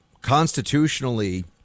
constitutionally